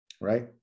right